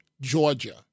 Georgia